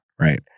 Right